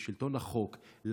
לשלטון החוק,